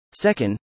Second